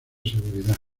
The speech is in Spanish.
seguridad